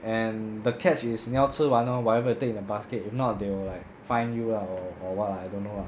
and the catch is 你要吃完 lor whatever you take in the basket if not they will like fine you lah or or what lah don't know lah